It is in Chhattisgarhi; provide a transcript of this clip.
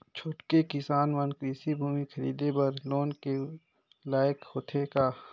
छोटके किसान मन कृषि भूमि खरीदे बर लोन के लायक होथे का?